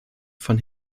von